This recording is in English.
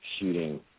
shooting